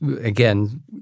again